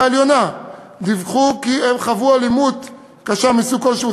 העליונה דיווחו כי הם חוו אלימות קשה מסוג כלשהו.